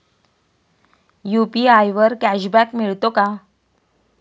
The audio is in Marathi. यु.पी.आय वर कॅशबॅक मिळतो का?